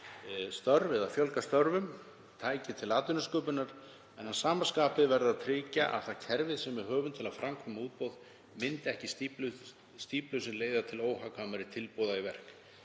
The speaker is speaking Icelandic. að fjölga störfum, tæki til atvinnusköpunar, en að sama skapi verður að tryggja að kerfið sem við höfum til að framkvæma útboð myndi ekki stíflu sem leiðir til óhagkvæmari tilboða í verk.